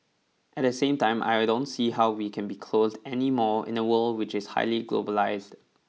at the same time I will don't see how we can be closed anymore in a world which is highly globalised